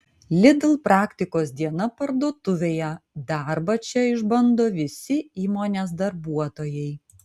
lidl praktikos diena parduotuvėje darbą čia išbando visi įmonės darbuotojai